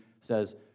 says